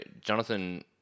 Jonathan